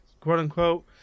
quote-unquote